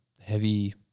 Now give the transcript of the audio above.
heavy